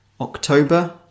October